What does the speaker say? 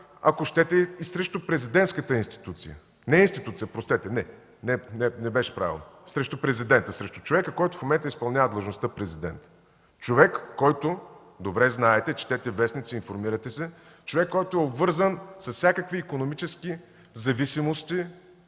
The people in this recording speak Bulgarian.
ако щете, и срещу президентската институция – не институция, простете, не беше правилно – срещу президента, срещу човека, който в момента изпълнява длъжността президент. Човек, който, добре знаете, четете вестници, информирате се – човек, който е обвързан с всякакви икономически зависимости